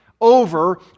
over